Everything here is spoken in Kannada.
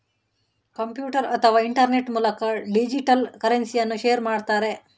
ಕಂಪ್ಯೂಟರ್ ಅಥವಾ ಇಂಟರ್ನೆಟ್ ಮೂಲಕ ಡಿಜಿಟಲ್ ಕರೆನ್ಸಿಯನ್ನ ಶೇರ್ ಮಾಡ್ತಾರೆ